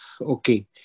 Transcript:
okay